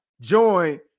join